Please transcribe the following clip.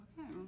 Okay